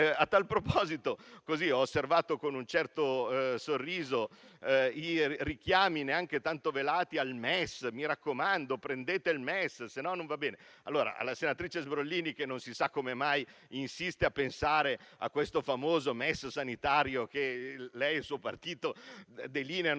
A tal proposito, ho osservato con un certo sorriso i richiami neanche tanto velati al MES: mi raccomando, prendete il MES, altrimenti non va bene. Mi rivolgo alla senatrice Sbrollini, che non si sa come mai insista a pensare a questo famoso MES sanitario, che lei e il suo partito delineano